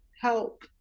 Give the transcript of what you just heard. help